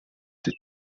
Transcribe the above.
that